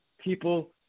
people